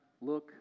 look